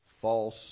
false